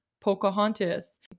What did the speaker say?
Pocahontas